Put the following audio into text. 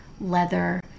leather